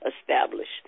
established